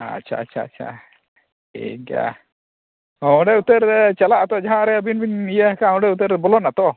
ᱟᱪᱪᱷᱟ ᱟᱪᱪᱷᱟ ᱟᱪᱪᱷᱟ ᱴᱷᱤᱠ ᱜᱮᱭᱟ ᱦᱚᱸ ᱚᱸᱰᱮ ᱩᱛᱟᱹᱨ ᱪᱟᱞᱟᱜ ᱟᱛᱚ ᱡᱟᱦᱟᱸᱨᱮ ᱟᱹᱵᱤᱱ ᱵᱤᱱ ᱤᱭᱟᱹ ᱟᱠᱟᱫᱟ ᱚᱸᱰᱮ ᱩᱛᱟᱹᱨ ᱵᱚᱞᱚᱱᱟ ᱛᱚ